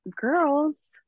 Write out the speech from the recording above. girls